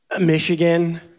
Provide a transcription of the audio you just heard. Michigan